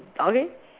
okay